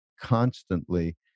constantly